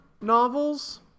novels